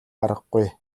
аргагүй